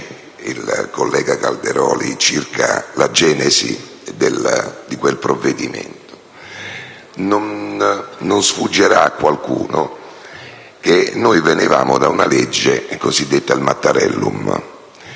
il collega Calderoli in merito alla genesi di quel provvedimento. Non sfuggirà a qualcuno che venivamo da una legge cosiddetta Mattarellum,